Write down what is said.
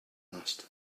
asked